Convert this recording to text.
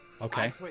Okay